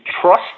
trust